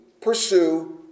pursue